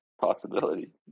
possibility